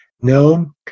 No